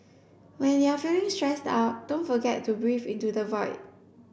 when you are feeling stressed out don't forget to breathe into the void